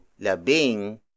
labing